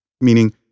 meaning